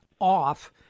off